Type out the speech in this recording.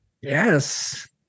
Yes